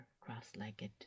cross-legged